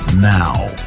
Now